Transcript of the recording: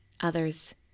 others